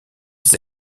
des